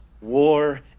war